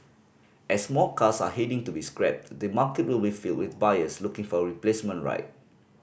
as more cars are heading to be scrapped the market will be filled with buyers looking for a replacement ride